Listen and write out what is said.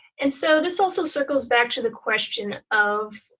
and so this also circles back to the question of,